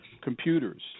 computers